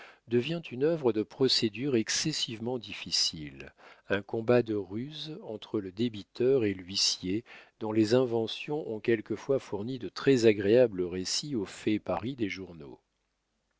devient une œuvre de procédure excessivement difficile un combat de ruse entre le débiteur et l'huissier dont les inventions ont quelquefois fourni de très agréables récits aux faits paris des journaux